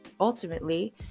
Ultimately